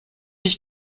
ich